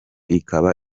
ikaba